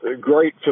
great